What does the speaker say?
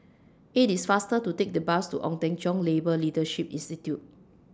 IT IS faster to Take The Bus to Ong Teng Cheong Labour Leadership Institute